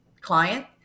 client